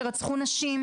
שרצחו נשים,